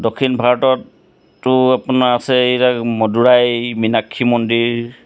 দক্ষিণ ভাৰতততো আছে এইবিলাক আপোনাৰ মাদুৰাই মিনাক্ষী মন্দিৰ